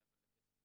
מעבר לכסף,